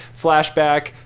Flashback